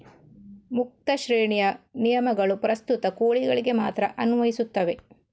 ಮುಕ್ತ ಶ್ರೇಣಿಯ ನಿಯಮಗಳು ಪ್ರಸ್ತುತ ಕೋಳಿಗಳಿಗೆ ಮಾತ್ರ ಅನ್ವಯಿಸುತ್ತವೆ